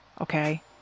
okay